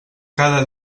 cada